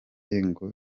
ngo